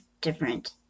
different